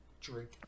drink